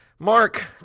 Mark